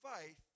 faith